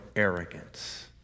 arrogance